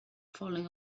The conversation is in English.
falling